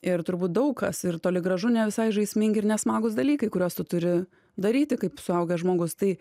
ir turbūt daug kas ir toli gražu ne visai žaismingi ir nesmagūs dalykai kuriuos tu turi daryti kaip suaugęs žmogus tai